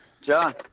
John